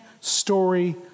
story